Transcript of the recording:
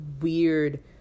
weird